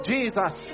Jesus